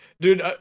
dude